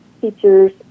teachers